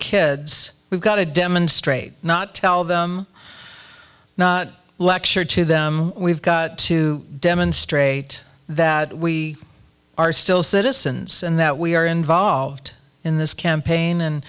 kids we've got to demonstrate not tell them not lecture to them we've got to demonstrate that we are still citizens and that we are involved in this campaign and